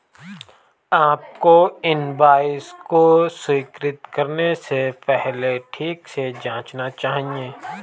आपको इनवॉइस को स्वीकृत करने से पहले ठीक से जांचना चाहिए